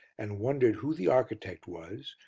and wondered who the architect was,